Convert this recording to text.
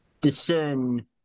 discern